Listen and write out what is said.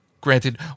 Granted